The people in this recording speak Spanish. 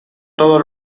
todo